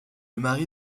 mari